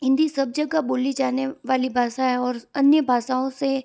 हिंदी सब जगह बोली जाने वाली भाषा है और अन्य भाषाओं से